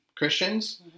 Christians